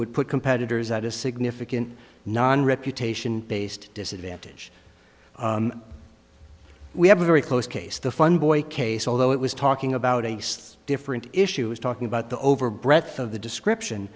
would put competitors at a significant non reputation based disadvantage we have a very close case the fun boy case although it was talking about a six different issues talking about the over breadth of the description